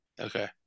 Okay